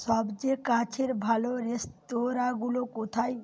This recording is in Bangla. সবচেয়েজ কাছের ভালো রেস্তোরাঁঁগুলো কোথায়